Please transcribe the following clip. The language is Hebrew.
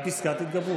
גם פסקת התגברות.